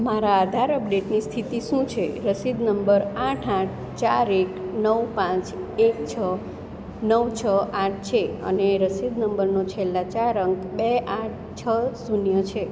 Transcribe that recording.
મારા આધાર અપડેટની સ્થિતિ શું છે રસીદ નંબર આઠ આઠ ચાર એક નવ પાંચ એક છ નવ છ આઠ છે અને રસીદ નંબરનો છેલ્લા ચાર અંક બે આઠ છ શૂન્ય છે